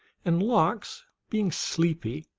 and lox, being sleepy,